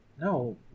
No